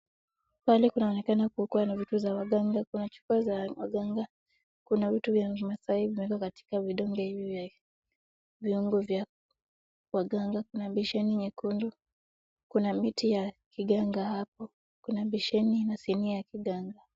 Pale kunaonekana kukuwa na vitu za waganga. Kuna chupa za waganga, kuna vitu vya kimasai vimewekwa katika vidonge hivyo. Viungo vya waganga kuna besheni nyekundu, kuna miti ya kiganga hapo, kuna besheni na sinia ya kiganga.